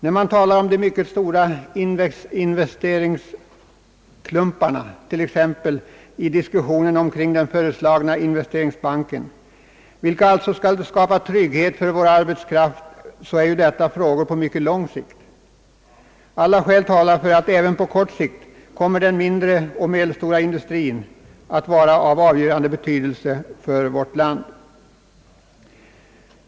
I diskussionen omkring den föreslagna investeringsbanken talar man ju om de mycket stora investeringsklumparna som skall skapa trygghet för vår arbetskraft — det är frågor som har betydelse på mycket lång sikt. Alla skäl talar dock för att den mindre och medelstora industrin nu liksom även på sikt kommer att ha avgörande betydelse för utvecklingen i vårt land.